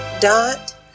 Dot